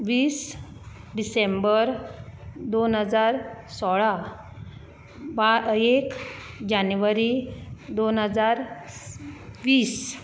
वीस डिसेंबर दोन हजार सोळा बा एक जानेवरी दोन हजार वीस